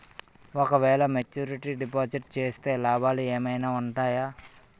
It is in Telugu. ఓ క వేల మెచ్యూరిటీ డిపాజిట్ చేస్తే లాభాలు ఏమైనా ఉంటాయా?